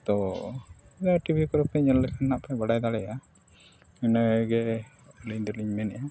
ᱛᱚ ᱚᱱᱮ ᱴᱤᱵᱷᱤ ᱠᱚᱨᱮ ᱯᱮ ᱧᱮᱞ ᱞᱮᱠᱷᱟᱱ ᱦᱟᱸᱜ ᱯᱮ ᱵᱟᱲᱟᱭ ᱫᱟᱲᱮᱭᱟᱜᱼᱟ ᱤᱱᱟᱹ ᱜᱮ ᱟᱹᱞᱤᱧ ᱫᱚᱞᱤᱧ ᱢᱮᱱᱮᱫᱼᱟ